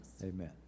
Amen